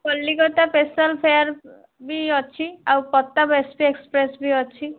Calcutta special fare ବି ଅଛି ଆଉ ପ୍ରତାପ ଏକ୍ସପ୍ରେସ୍ ବି ଅଛି